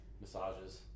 Massages